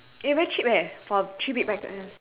eh very cheap eh for three big packets